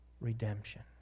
redemption